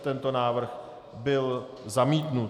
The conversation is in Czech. Tento návrh byl zamítnut.